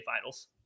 finals